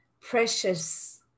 precious